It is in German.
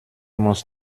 muss